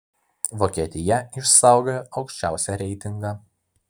vokietija išsaugojo aukščiausią reitingą